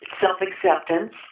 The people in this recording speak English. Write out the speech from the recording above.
self-acceptance